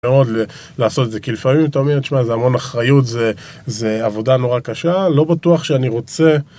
לעשות את זה כי לפעמים אתה אומר, תשמע, זה המון אחריות, זה עבודה נורא קשה, לא בטוח שאני רוצה